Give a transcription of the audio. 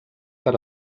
per